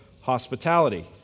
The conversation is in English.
hospitality